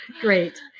Great